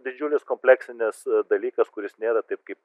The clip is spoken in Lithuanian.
didžiulis kompleksinis dalykas kuris nėra taip kaip